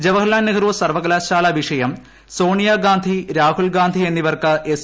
ജവഹർലാൽ നെഹ്റു സർവ്വകലാശാല വിഷയം സോണിയാഗാന്ധി രാഹുൽ ഗാന്ധി എന്നിവർക്ക് എസ്